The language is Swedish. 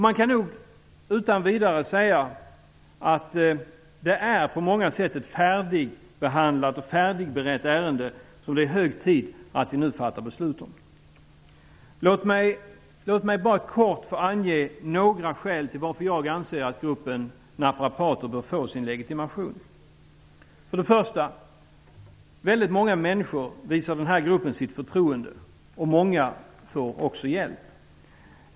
Man kan nog utan vidare säga att det är på många sätt ett färdigbehandlat och färdigberett ärende, så det är hög tid att vi nu fattar beslut. Låt mig bara kort få ange några skäl till att jag anser att gruppen naprapater bör få legitimation. Väldigt många människor visar den här gruppen sitt förtroende. Många får också hjälp.